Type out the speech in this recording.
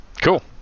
Cool